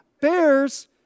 bears